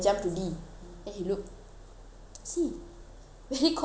C very confidently C